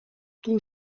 toen